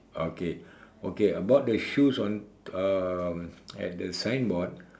okay okay about the shoes on um at the signboard